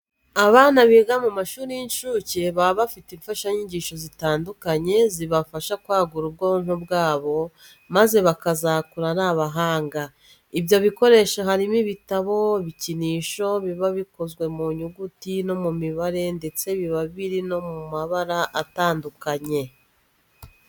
Abana biga mu mashuri y'incuke baba bafite imfashanyigisho zitandukanye, zibafasha kwagura ubwonko bwabo maze bakazakura ari abahanga. Ibyo bikoresho harimo ibitabo, ibikinisho biba bikozwe mu nyuguti no mu mibare ndetse biba biri no mu mabara atandukanye.